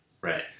Right